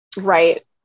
right